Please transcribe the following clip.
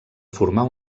formar